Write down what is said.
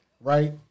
Right